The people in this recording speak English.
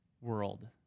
world